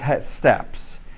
steps